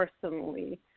personally